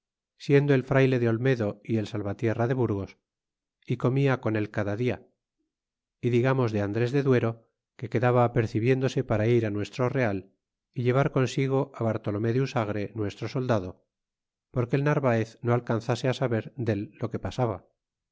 siendo el frayle de olmedo y el salvatierra de burgos y comia con él cada dia e digamos de andres de duero que quedaba apercibiéndose para ir nuestro real y llevar consigo bartolome de usagre nuestro soldado porque el narvaez no alcanzase saber dél lo que pasaba